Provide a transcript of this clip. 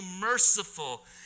merciful